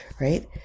Right